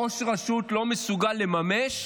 ראש רשות לא מסוגל לממש,